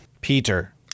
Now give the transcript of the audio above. Peter